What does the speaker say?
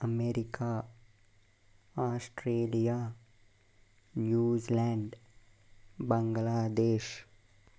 America Australia New Zealand Bangladesh